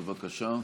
בבקשה.